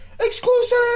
exclusive